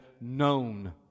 known